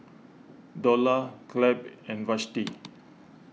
Dorla Clabe and Vashti